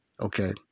Okay